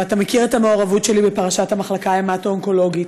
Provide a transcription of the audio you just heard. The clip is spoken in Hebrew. ואתה מכיר את המעורבות שלי בפרשת המחלקה ההמטו-אונקולוגית.